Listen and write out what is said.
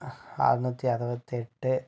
ஆறுநூத்தி அறுபத்து எட்டு